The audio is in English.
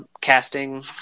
casting